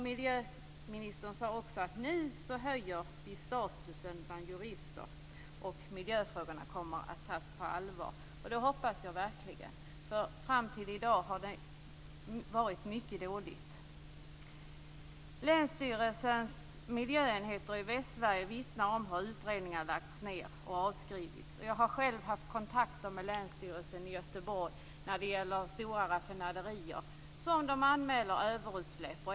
Miljöministern sade också att nu höjer vi statusen bland jurister, och miljöfrågorna kommer att tas på allvar. Det hoppas jag verkligen, för fram till i dag har det varit mycket dåligt. Länsstyrelsens miljöenheter i Västsverige vittnar om hur utredningar lagts ned och avskrivits. Jag har själv haft kontakter med Länsstyrelsen i Göteborg när det gäller stora raffinaderier som anmäls för överutsläpp.